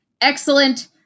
excellent